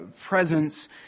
presence